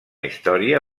història